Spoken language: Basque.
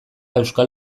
euskal